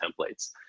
templates